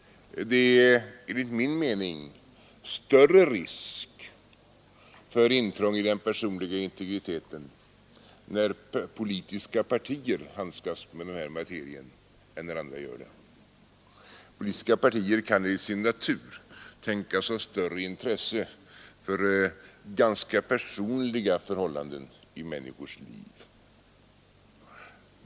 Det är enligt min mening större risk för intrång i den personliga integriteten när politiska partier handskas med den här materien än när andra gör det. Politiska partier kan enligt sin natur tänkas ha större intresse för mera personliga förhållanden i människors liv.